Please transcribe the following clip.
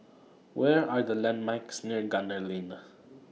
What Are The landmarks near Gunner Lane